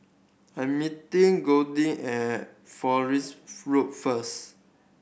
I'm meeting Goldie at Fowlies Road first